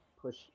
push